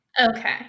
Okay